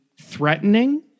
threatening